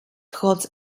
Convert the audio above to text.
trotz